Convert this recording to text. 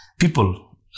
people